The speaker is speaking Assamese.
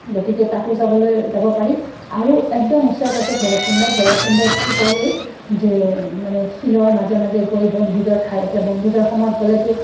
গতিকে তাতো যাবলৈ যাব পাৰি আৰু একদম ওচৰতে ভৈৰৱকুণ্ড ভৈৰৱকুণ্ডতটো ক'লোৱেই যে মানে শিলৰ মাজে মাজে গৈ বনভোজৰ ঠাই এতিয়া বনভোজৰ সময়ত গ'লেতো